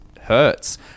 hurts